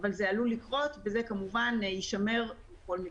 אבל זה עלול לקרות, וזה כמובן יישמר בכל מקרה.